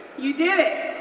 you did it.